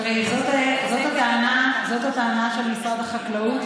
זאת הטענה של משרד החקלאות,